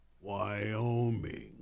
Wyoming